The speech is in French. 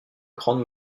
grande